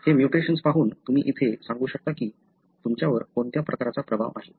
हे म्युटेशन्स पाहून तुम्ही इथे सांगू शकता की तुमच्यावर कोणत्या प्रकारचा प्रभाव आहे